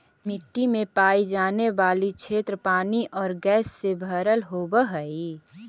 मिट्टी में पाई जाने वाली क्षेत्र पानी और गैस से भरल होवअ हई